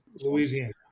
Louisiana